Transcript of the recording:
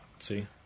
See